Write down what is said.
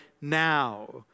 now